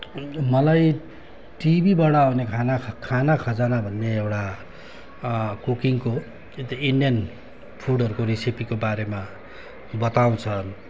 मलाई टिभीबाट आउने खाना खाना खजाना भन्ने एउटा कुकिङको ए त्यो इन्डियन फुडहरूको रेसिपीको बारेमा बताउँछन्